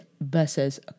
versus